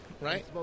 Right